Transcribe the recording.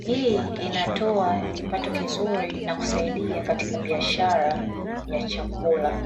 hii inatoa kipato kizuri na kusaidia katika biashara ya chakula.